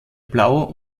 blau